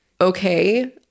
okay